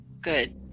good